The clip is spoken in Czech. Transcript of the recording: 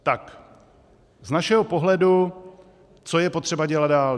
Z našeho pohledu co je potřeba dělat dál.